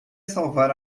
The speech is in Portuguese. salvar